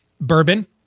bourbon